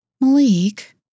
Malik